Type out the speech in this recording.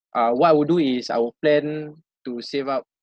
uh what I would do is I would plan to save up